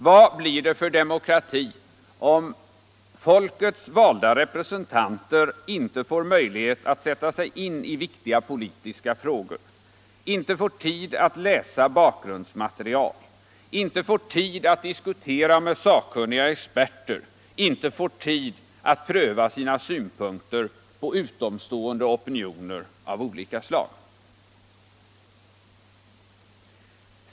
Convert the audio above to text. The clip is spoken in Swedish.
Vad blir det för demokrati om folkets valda representanter inte får möjlighet att sätta sig in i viktiga politiska frågor, inte får tid att läsa bakgrundsmaterial, inte får tid att diskutera med sakkunniga och inte får tid att pröva sina synpunkter på utomstående opinioner av olika slag?